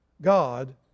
God